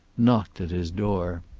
knocked at his door.